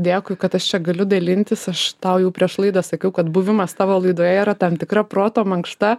dėkui kad aš čia galiu dalintis aš tau jau prieš laidą sakiau kad buvimas tavo laidoje yra tam tikra proto mankšta